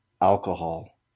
alcohol